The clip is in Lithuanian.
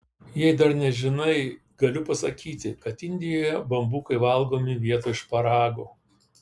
jei dar nežinai galiu pasakyti kad indijoje bambukai valgomi vietoj šparagų